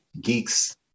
geek's